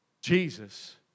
Jesus